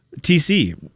TC